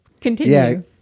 Continue